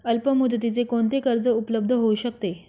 अल्पमुदतीचे कोणते कर्ज उपलब्ध होऊ शकते?